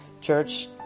church